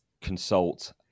consult